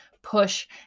Push